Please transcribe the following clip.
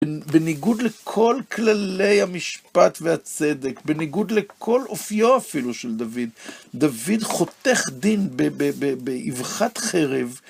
בניגוד לכל כללי המשפט והצדק, בניגוד לכל אופיו אפילו של דוד, דוד חותך דין באבחת חרב.